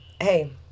Hey